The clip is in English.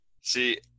See